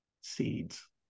Seeds